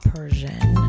Persian